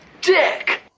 dick